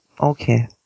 Okay